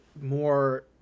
more